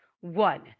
one